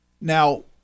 Now